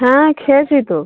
হ্যাঁ খেয়েছি তো